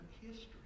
history